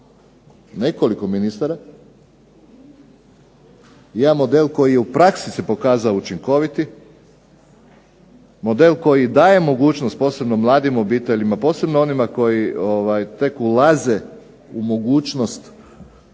nekoliko ministara, jedan model koji je u praksi se pokazao učinkoviti, model koji daje mogućnost posebno mladim obiteljima, posebno onima koji tek ulaze u mogućnost